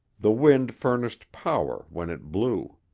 the wind furnished power when it blew.